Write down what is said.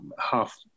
half